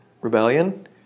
rebellion